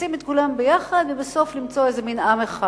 לשים את כולם יחד ובסוף למצוא איזה מין עם אחד.